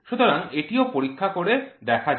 সুতরাং এটিও পরীক্ষা করে দেখা যায়